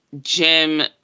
Jim